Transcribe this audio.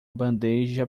bandeja